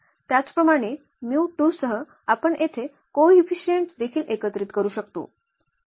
त्याचप्रमाणे सह आपण येथे कोइफिसिएंट देखील एकत्रित करू शकतो